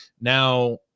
Now